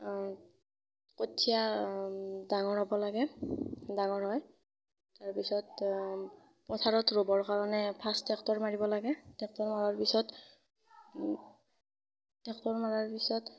কঠীয়া ডাঙৰ হ'ব লাগে ডাঙৰ হৈ তাৰপিছত পথাৰত ৰুবৰ কাৰণে ফাৰ্চ টেক্টৰ মাৰিব লাগে টেক্টৰ মৰাৰ পাছত টেক্টৰ মৰাৰ পিছত